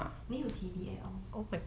没有 T_V at all